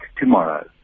tomorrow